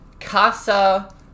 Casa